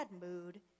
mood